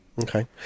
Okay